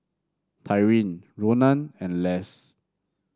Tyrin Ronan and Less